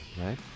right